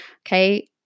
okay